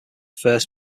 first